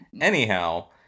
Anyhow